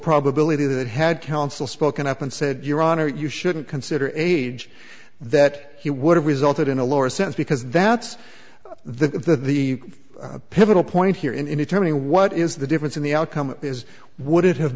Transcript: probability that had counsel spoken up and said your honor you shouldn't consider age that he would have resulted in a lower sense because that's the the pivotal point here in determining what is the difference in the outcome is would it have